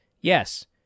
yes